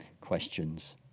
questions